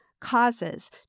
Causes